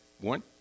one